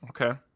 Okay